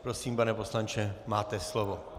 Prosím, pane poslanče, máte slovo.